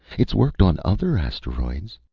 it's worked on other asteroids.